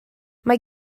mae